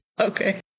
Okay